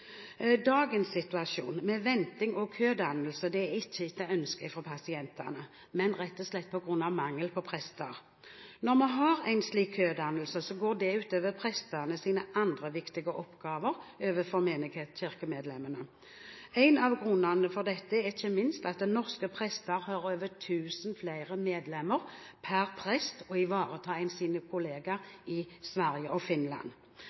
Dagens situasjon med venting og kødannelse er ikke etter ønske fra pårørende, men rett og slett på grunn av mangel på prester. Når man har en slik kødannelse går det ut over prestenes andre viktige oppgaver overfor menigheten og kirkemedlemmene. En av grunnene for dette er ikke minst at norske prester har mer enn 1 000 flere medlemmer per prest å ivareta enn sine kollegaer i Sverige og Finland.